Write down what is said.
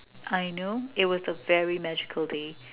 I know it was a very magical day